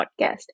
podcast